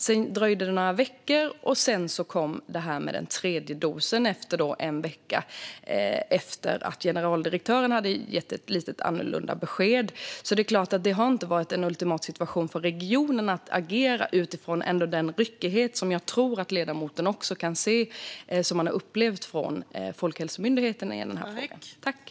Sedan dröjde det några veckor innan detta med den tredje dosen kom, en vecka efter att generaldirektören gett ett lite annorlunda besked. Så det är klart att det inte har varit en optimal situation för regionerna att agera i med tanke på den ryckighet som man upplevt från Folkhälsomyndighetens sida i denna fråga, som jag tror att ledamoten också kan se.